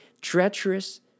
treacherous